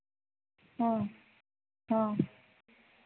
हाँ हाँ